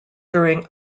during